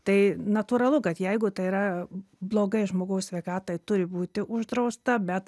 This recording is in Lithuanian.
tai natūralu kad jeigu tai yra blogai žmogaus sveikatai turi būti uždrausta bet